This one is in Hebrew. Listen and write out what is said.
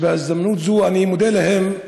ובהזדמנות זו אני מודה להם,